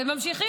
והם ממשיכים.